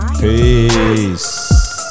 Peace